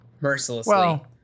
mercilessly